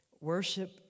Worship